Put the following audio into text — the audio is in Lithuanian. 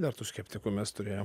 dar tų skeptikų mes turėjom